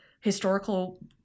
historical